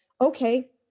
Okay